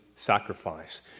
sacrifice